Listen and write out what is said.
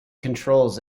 controls